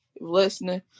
listening